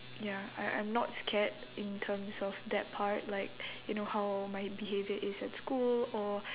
ya I I'm not scared in terms of that part like you know how my behaviour is at school or